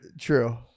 True